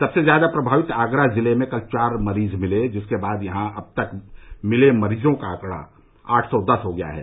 सबसे ज्यादा प्रभावित आगरा जिले में कल चार मरीज मिले जिसके बाद यहां अब तक मिले मरीजों का आंकड़ा आठ सौ दस हो गया है